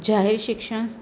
જાહેર શિક્ષણ